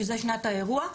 שזה שנת האירוע,